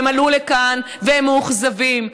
הם עלו לכאן והם מאוכזבים.